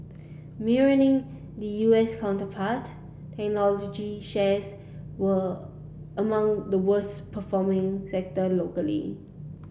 mirroring the U S counterpart technology shares were among the worse performing sector locally